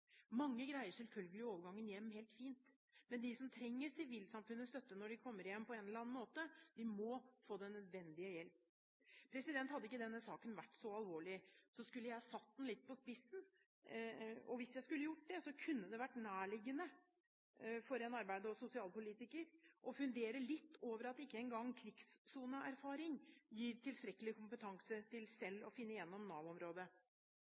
Mange greier selvfølgelig overgangen hjem helt fint, men de som på en eller annen måte trenger sivilsamfunnets støtte når de kommer hjem, må få den nødvendige hjelp. Hadde ikke denne saken vært så alvorlig, ville jeg satt den litt på spissen. Og hvis jeg skulle gjort det, hadde det vært nærliggende for en arbeid- og sosialpolitiker å fundere litt over at ikke engang krigssoneerfaring gir tilstrekkelig kompetanse til